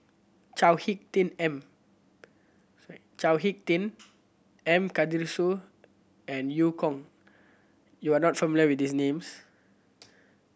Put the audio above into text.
Chao Hick Tin M Chao Hick Tin and Karthigesu and Eu Kong you are not familiar with these names